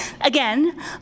Again